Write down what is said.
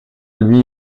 lui